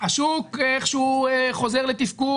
השוק איכשהו חוזר לתפקוד,